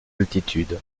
altitude